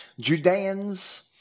Judeans